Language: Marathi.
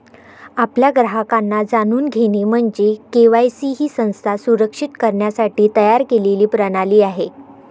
आपल्या ग्राहकांना जाणून घेणे म्हणजे के.वाय.सी ही संस्था सुरक्षित करण्यासाठी तयार केलेली प्रणाली आहे